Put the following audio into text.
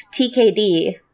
TKD